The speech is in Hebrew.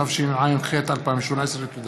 התשע"ח 2018. תודה.